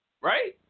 right